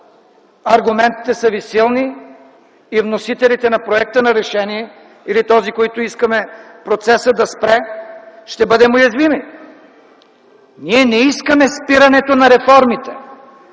аргументите ви са силни и вносителите на проекта на решение или тези, които искаме процесът да спре, ще бъдем уязвими. Ние не искаме спирането на реформите,